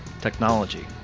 technology